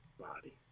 body